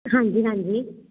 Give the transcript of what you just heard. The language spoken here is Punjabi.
ਹਾਂਜੀ ਹਾਂਜੀ